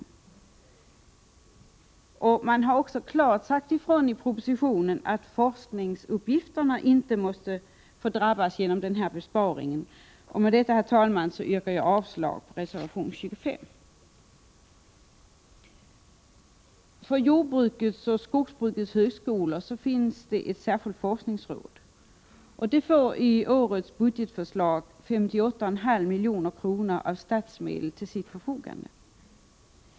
I propositionen sägs också klart ifrån att forskningsuppgifterna inte får drabbas av den här besparingen. Med detta, herr talman, yrkar jag avslag på reservation 25. För jordbrukets och skogsbrukets högskolor finns ett särskilt forskningsråd. Detta får enligt årets budgetförslag 58,5 milj.kr. av statsmedel till sitt förfogande.